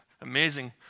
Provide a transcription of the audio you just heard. amazing